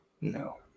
No